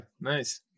nice